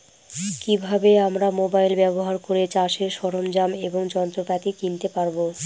কি ভাবে আমরা মোবাইল ব্যাবহার করে চাষের সরঞ্জাম এবং যন্ত্রপাতি কিনতে পারবো?